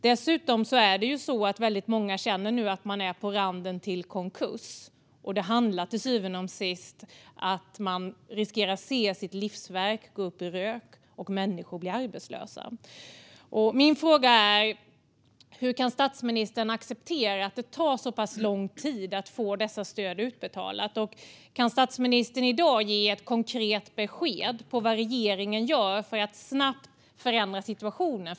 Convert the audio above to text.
Dessutom känner väldigt många nu att man är på randen till konkurs. Det handlar till syvende och sist om att man riskerar att få se sitt livsverk gå upp i rök och människor bli arbetslösa. Min fråga är: Hur kan statsministern acceptera att det tar så pass lång tid att få dessa stöd utbetalda? Kan statsministern i dag ge ett konkret besked om vad regeringen gör för att snabbt förändra situationen?